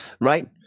Right